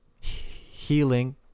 Healing